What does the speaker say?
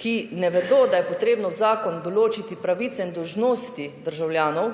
ki ne vedo, da je potrebno v zakonu določiti pravice in dolžnosti državljanov